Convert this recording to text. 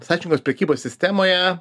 sąžiningos prekybos sistemoje